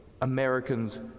Americans